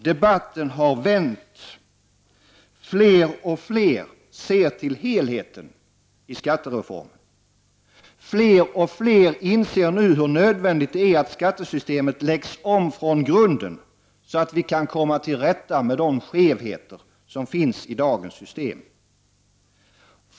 Debatten har vänt. Fler och fler ser till helheten i skattereformen. Fler och fler inser nu hur nödvändigt det är att skattesystemet läggs om från grunden, så att vi kan komma till rätta med de skevheter som finns i dagens system.